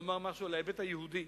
לומר משהו על ההיבט היהודי